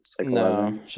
No